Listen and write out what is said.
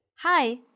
Hi